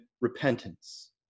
repentance